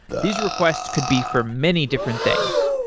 these requests could be for many different things,